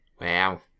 Wow